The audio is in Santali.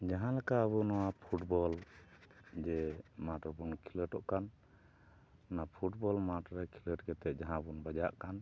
ᱡᱟᱦᱟᱸ ᱞᱮᱠᱟ ᱟᱵᱚ ᱱᱚᱣᱟ ᱯᱷᱩᱴᱵᱚᱞ ᱡᱮ ᱢᱟᱴᱷ ᱨᱮᱵᱚᱱ ᱠᱷᱮᱞᱳᱸᱰᱚᱜ ᱠᱟᱱ ᱚᱱᱟ ᱯᱷᱩᱴᱵᱚᱞ ᱢᱟᱴᱷ ᱨᱮ ᱠᱷᱮᱞᱳᱸᱰ ᱠᱟᱛᱮᱫ ᱡᱟᱦᱟᱸ ᱵᱚᱱ ᱵᱟᱡᱟᱜ ᱠᱟᱱ